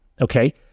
okay